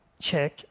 Check